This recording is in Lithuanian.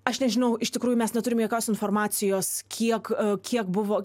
aš nežinau iš tikrųjų mes neturim jokios informacijos kiek kiek buvo